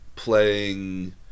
playing